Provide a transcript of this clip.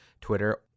Twitter